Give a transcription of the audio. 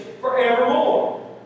forevermore